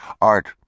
Art